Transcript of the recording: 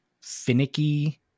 finicky